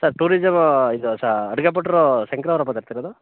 sir tourism ಇದು ಸ ಅಡುಗೆ ಭಟ್ರು ಶಂಕ್ರ ಅವರ ಮಾತಾಡ್ತಿರೋದು